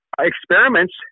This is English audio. experiments